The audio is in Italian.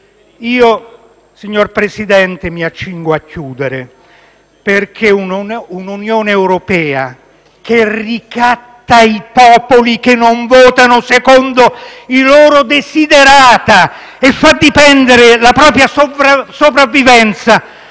Io, signor Presidente, mi accingo a chiudere, perché un'Unione europea che ricatta i popoli che non votano secondo i suoi *desiderata* e fa dipendere la propria sopravvivenza